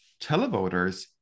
televoters